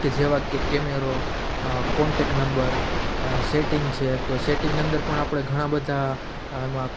કે જેવા કે કેમેરા કોન્ટેક નંબર સેટિંગ છે તો સેટિંગ અંદર પણ આપણે ઘણા બધા એમાં